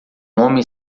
homem